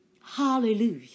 Hallelujah